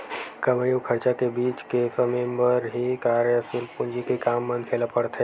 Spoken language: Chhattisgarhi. कमई अउ खरचा के बीच के समे बर ही कारयसील पूंजी के काम मनखे ल पड़थे